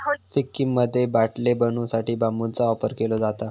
सिक्कीममध्ये बाटले बनवू साठी बांबूचा वापर केलो जाता